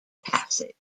passage